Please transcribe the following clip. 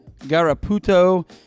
Garaputo